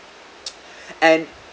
and